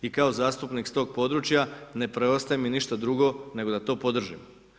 I kao zastupnik s tog područja ne preostaje mi ništa drugo nego da to podržim.